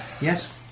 yes